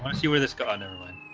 see where this guy neverland.